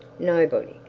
nobody,